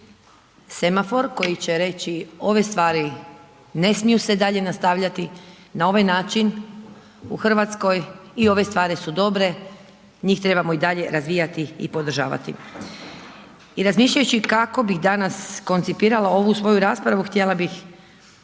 semafor koji će reći, ove stvari ne smiju se dalje nastavljati na ovaj način u Hrvatskoj i ove stvari su dobre, njih trebamo i dalje razvijati i podržavati. I razmišljajući kako bih danas koncipirala ovu svoju raspravu, htjela bih